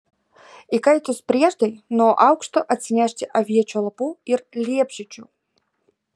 įkaitus prieždai nuo aukšto atsinešti aviečių lapų ir liepžiedžių